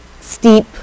steep